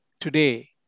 Today